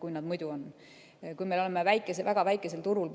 Kui me väga väikesel turul